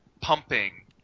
pumping